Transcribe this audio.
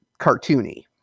cartoony